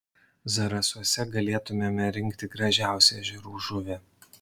zarasuose galėtumėme rinkti gražiausią ežerų žuvį